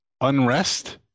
Unrest